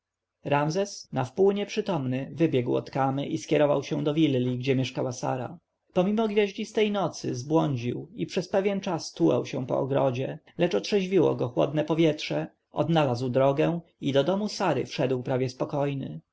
ramzes nawpół nieprzytomny wybiegł od kamy i skierował się do willi gdzie mieszkała sara pomimo gwiaździstej nocy zbłądził i przez pewien czas tułał się po ogrodzie lecz otrzeźwiło go chłodne powietrze odnalazł drogę i do domu sary wszedł prawie spokojny